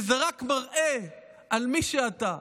וזה רק מראה מי שאתה,